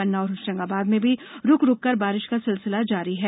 पन्ना और होशंगाबाद में भी रूक रूककर बारिश का सिलसिला जारी है